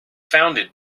founded